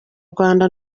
rwanda